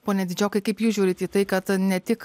pone didžiokai kaip jūs žiūrit į tai kad ne tik